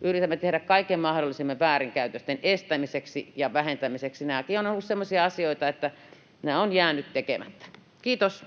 Yritämme tehdä kaiken mahdollisen väärinkäytösten estämiseksi ja vähentämiseksi. Nämäkin ovat olleet semmoisia asioita, että ne ovat jääneet tekemättä. — Kiitos.